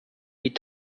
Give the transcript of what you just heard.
die